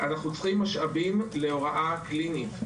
אנחנו צריכים משאבים להוראה קלינית.